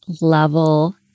level